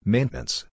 Maintenance